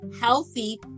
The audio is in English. healthy